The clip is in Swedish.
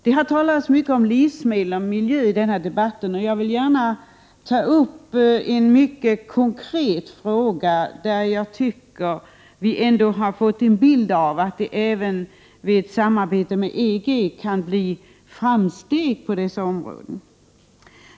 Det har talats mycket om livsmedel och miljö i denna debatt. Jag anser att vi ändå har fått en bild av att det kan ske framsteg på dessa områden även vid ett samarbete med EG.